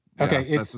Okay